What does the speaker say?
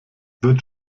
wird